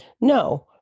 no